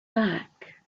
back